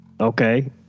Okay